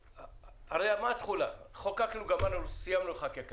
הרי מה התחולה אם סיימנו לחוקק היום?